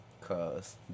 cause